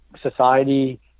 society